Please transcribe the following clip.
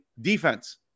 defense